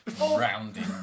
Rounding